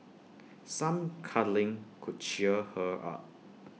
some cuddling could cheer her up